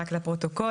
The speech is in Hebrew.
רק לפרוטוקול,